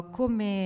come